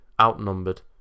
outnumbered